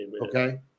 Okay